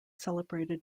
celebrated